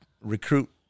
recruit